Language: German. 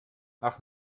ach